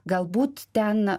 galbūt ten